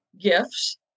gifts